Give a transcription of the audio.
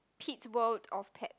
Pete's World of Pets